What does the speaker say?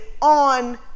on